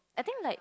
I think like